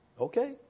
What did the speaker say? Okay